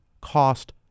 cost